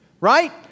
Right